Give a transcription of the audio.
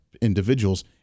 individuals